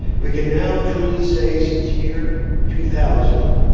we can now truly say since year two thousand,